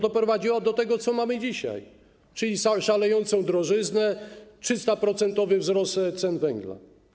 Doprowadziła do tego, co mamy dzisiaj, czyli szalejącej drożyzny, 300-procentowego wzrostu cen węgla.